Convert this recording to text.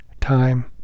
time